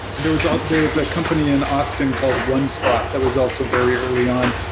there was ah there was a company in austin called onespot that was also very early on.